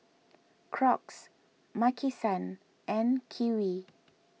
Crocs Maki San and Kiwi